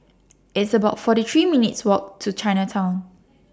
It's about forty three minutes' Walk to Chinatown